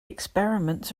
experiments